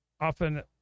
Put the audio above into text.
often